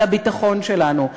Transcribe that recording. לביטחון שלנו,